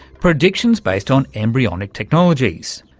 predictions based on embryonic technologies.